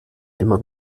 immer